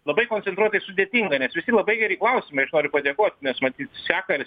labai koncentruotai sudėtinga nes visi labai geri klausimai aš noriu padėkot nes matyt seka ir